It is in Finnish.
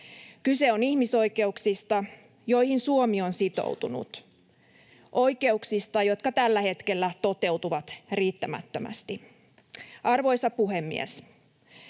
Kyse on ihmisoikeuksista, joihin Suomi on sitoutunut, oikeuksista, jotka tällä hetkellä toteutuvat riittämättömästi. Arvoisa puhemies!